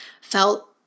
felt